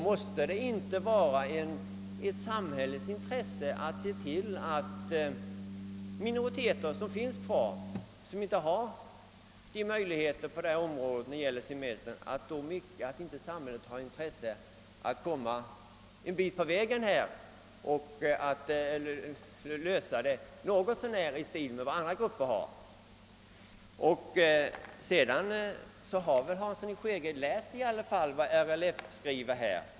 Måste det inte vara ett samhällets intresse att se till att minoriteter som ännu inte har fått samma möjligheter som andra när det gäller semester hjälps framåt en bit på vägen och att deras semesterfråga löses något så när likadant som för övriga grupper. Herr Hansson har väl i alla fall läst vad RLF skriver!